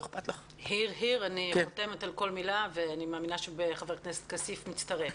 אני חותמת על כל מילה ואני מאמינה שגם חבר הכנסת כסיף מצטרף.